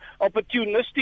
opportunistic